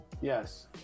Yes